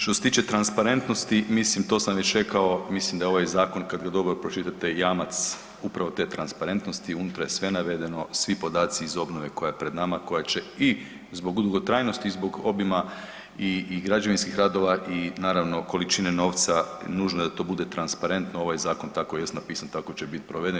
Što se tiče transparentnosti, mislim to sam već rekao, mislim da ovaj zakon, kad ga dobro pročitate je jamac upravo te transparentnosti, unutra je sve navedeno, svi podaci iz obnove koja je pred nama, koja će i zbog dugotrajnosti i zbog obima i građevinskih radova i naravno, količine novca, nužno je da to bude transparentno, ovaj zakon tako jest napisan, tako će biti proveden.